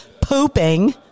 pooping